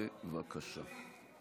בבקשה.